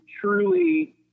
truly